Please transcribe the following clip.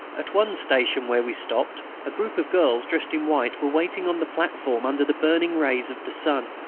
at one station where we stopped a group of girls dressed in white were waiting on the platform under the burning rays of the sun.